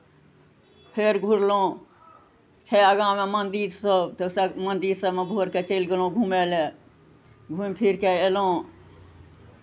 फेर घुरलहुँ छै आगाँमे मन्दिरसभ तऽ सभ मन्दिर सभमे भोरकेँ चलि गेलहुँ घुमय लए घुमि फिरि कऽ अयलहुँ